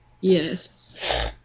Yes